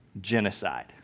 genocide